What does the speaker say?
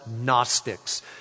Gnostics